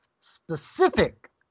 specific